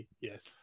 yes